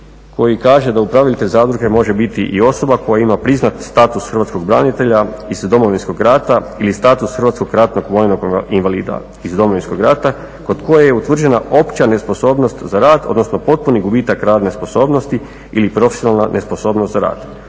koji kaže "Da upravitelj zadruge može biti i osoba koja ima priznat status Hrvatskog branitelja iz Domovinskog rata ili status hrvatskog ratnog vojnog invalida iz Domovinskog rata kod koje je utvrđena opća nesposobnost za rad, odnosno potpuni gubitak radne sposobnosti ili profesionalna nesposobnost za rad,